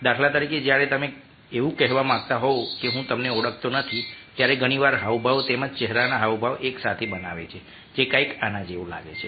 દાખલા તરીકે જ્યારે તમે એવું કહેવા માંગતા હો કે હું તમને ઓળખતો નથી ત્યારે ઘણી વાર હાવભાવ તેમજ ચહેરાના હાવભાવ એકસાથે બનાવે છે જે કંઈક આના જેવું લાગે છે